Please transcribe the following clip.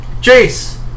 Chase